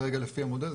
כרגע לפי המודל,